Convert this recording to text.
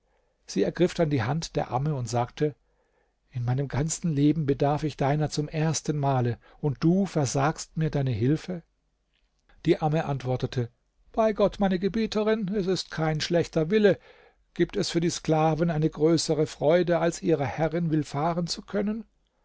sie ergriff dann die hand der amme und sagte in meinem ganzen leben bedarf ich deiner zum erstenmale und du versagst mir deine hilfe die amme antwortete bei gott meine gebieterin es ist kein schlechter wille gibt es für die sklaven eine größere freude als ihrer herrin willfahren zu können